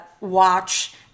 Watch